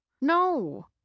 No